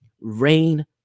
rain